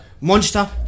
Monster